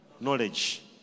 Knowledge